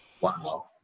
Wow